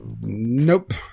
Nope